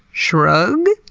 shruuug?